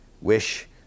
wish